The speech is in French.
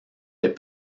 les